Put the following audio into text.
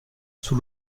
sous